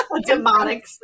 Demonic